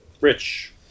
Rich